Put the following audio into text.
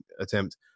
attempt